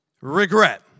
regret